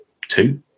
two